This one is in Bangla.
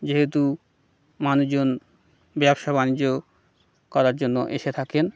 যেহেতু মানুজন ব্যবসা বাণিজ্য করার জন্য এসে থাকেন